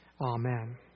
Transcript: Amen